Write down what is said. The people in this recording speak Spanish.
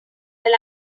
del